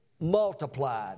multiplied